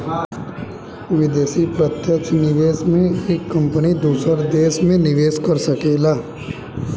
विदेशी प्रत्यक्ष निवेश में एक कंपनी दूसर देस में निवेस कर सकला